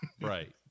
Right